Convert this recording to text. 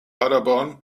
paderborn